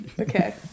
Okay